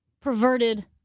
perverted